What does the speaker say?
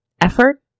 effort